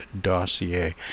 Dossier